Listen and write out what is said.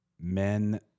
men